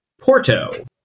Porto